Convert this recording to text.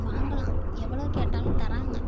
வாங்கலாம் எவ்வளோ கேட்டாலும் தராங்க